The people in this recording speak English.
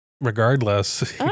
regardless